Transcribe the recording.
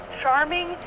charming